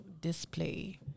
display